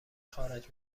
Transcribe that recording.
خارج